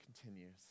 continues